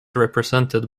represented